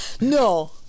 no